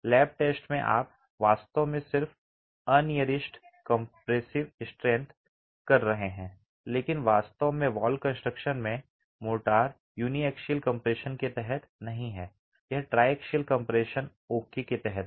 lab test में आप वास्तव में सिर्फ अनियिरिज्ड कंप्रेसिव स्ट्रेंथ कर रहे हैं लेकिन वास्तव में वॉल कंस्ट्रक्शन में मोर्टार अनियॉक्सिअल कम्प्रेशन के तहत नहीं है यह ट्राइक्सिअल कम्प्रेशन ओके के तहत है